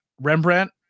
Rembrandt